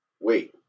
wait